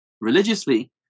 religiously